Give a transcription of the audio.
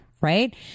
right